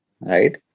Right